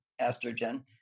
estrogen